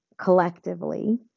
collectively